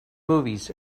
movies